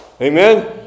Amen